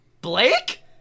Blake